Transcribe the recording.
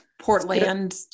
Portland